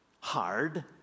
hard